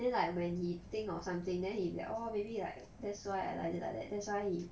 then like when he think of something then he like oh maybe like that's why like it like that that's why he